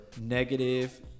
negative